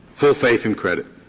full faith and credit,